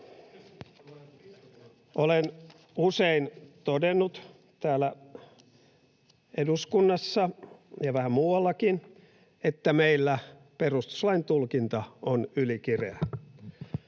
Olen usein todennut täällä eduskunnassa ja vähän muuallakin, että meillä perustuslain tulkinta on ylikireää.